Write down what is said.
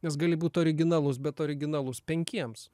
nes gali būt originalus bet originalus penkiems